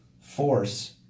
force